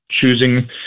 choosing